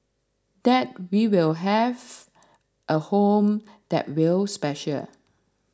that we will have a home that will special